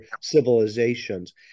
civilizations